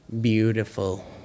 beautiful